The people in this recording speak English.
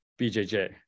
BJJ